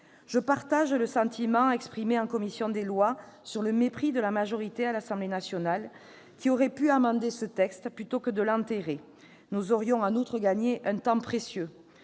Je partage le sentiment exprimé en commission des lois sur le mépris de la majorité à l'Assemblée nationale, qui aurait pu amender ce texte, plutôt que de l'enterrer- nous aurions, en outre, gagné un temps précieux.